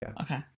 Okay